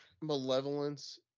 malevolence